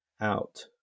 out